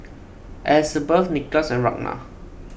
Elisabeth Nicolas and Ragna